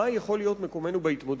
מה יכול להיות מקומנו בהתמודדות?